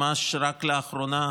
ממש רק לאחרונה,